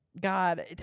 god